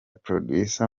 producer